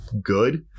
good